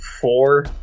four